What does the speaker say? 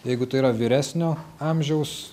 jeigu tai yra vyresnio amžiaus